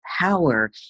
power